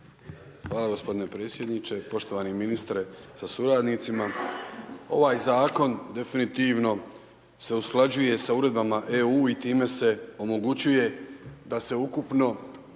Hvala gospodine predsjedniče, poštovani ministre sa suradnicima. Ovaj zakon definitivno se usklađuje sa uredbama EU i time se omogućuje da se ukupno